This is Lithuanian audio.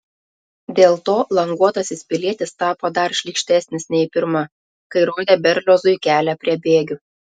dėl to languotasis pilietis tapo dar šlykštesnis nei pirma kai rodė berliozui kelią prie bėgių